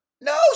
no